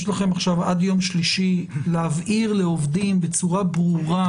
יש לכם עכשיו זמן עד יום שלישי להבהיר לעובדים בצורה ברורה,